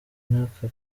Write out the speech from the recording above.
n’aka